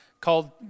called